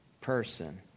person